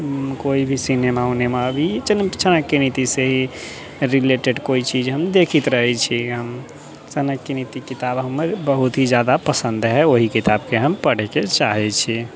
कोइ भी सिनेमा उनेमा अभी चाणक्य नीतिसँ रिलेटेड कोइ चीज हम देखैत रहै छी हम चाणक्य नीति किताब हमरा बहुत ही ज्यादा पसन्द हइ ओहि किताबके हम पढ़ैके हम चाहै छी